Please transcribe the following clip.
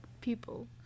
people